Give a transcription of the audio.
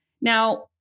Now